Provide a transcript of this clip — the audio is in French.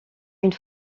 une